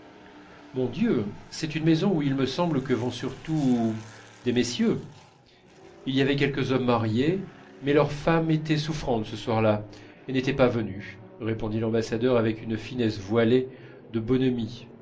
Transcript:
mon dieu c'est une maison où il me semble que vont surtout des messieurs il y avait quelques hommes mariés mais leurs femmes étaient souffrantes ce soir-là et n'étaient pas venues répondit l'ambassadeur avec une finesse voilée de bonhomie